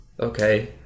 okay